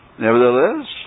Nevertheless